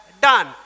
done